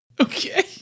Okay